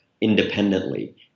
independently